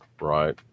right